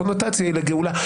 הקונוטציה היא לגאולה.